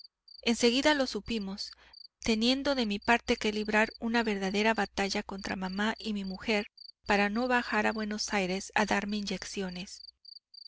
seguida lo supimos teniendo de mi parte que librar una verdadera batalla contra mamá y mi mujer para no bajar a buenos aires a darme inyecciones